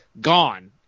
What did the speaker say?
gone